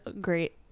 great